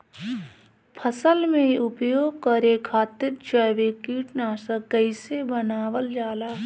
फसल में उपयोग करे खातिर जैविक कीटनाशक कइसे बनावल जाला?